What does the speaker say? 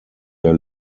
der